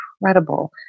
incredible